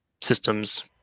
systems